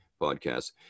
podcasts